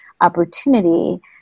opportunity